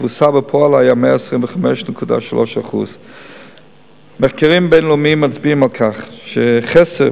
והתפוסה בפועל היתה 125.3%. מחקרים בין-לאומיים מצביעים על כך שחוסר